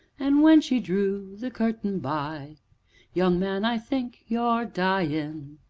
and when she drew the curtain by young man, i think you're dyin'!